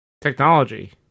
Technology